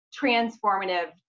transformative